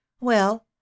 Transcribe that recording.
Well